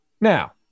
Now